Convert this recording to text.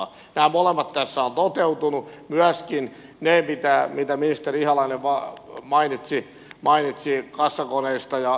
nämä molemmat tässä ovat toteutuneet myöskin ne mitä ministeri ihalainen mainitsi kassakoneista ja muista näistä